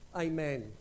Amen